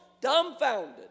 dumbfounded